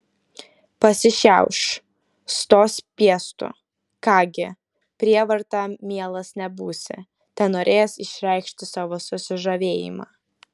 pasišiauš stos piestu ką gi prievarta mielas nebūsi tenorėjęs išreikšti savo susižavėjimą